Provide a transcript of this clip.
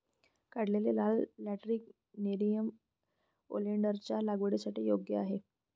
काढलेले लाल lateritic nerium ओलेन्डरच्या लागवडीसाठी योग्य आहे